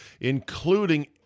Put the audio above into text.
including